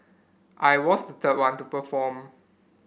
I was the third one to perform